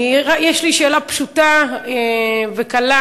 יש לי שאלה פשוטה וקלה,